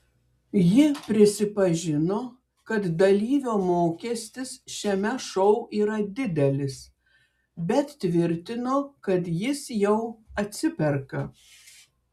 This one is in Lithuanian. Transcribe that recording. ji prisipažino kad dalyvio mokestis šiame šou yra didelis bet tvirtino kad jis jau atsiperka